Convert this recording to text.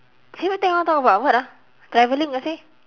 favourite topic I want to talk about what ah traveling ah seh